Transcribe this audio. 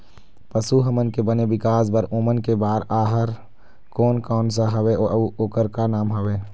पशु हमन के बने विकास बार ओमन के बार आहार कोन कौन सा हवे अऊ ओकर का नाम हवे?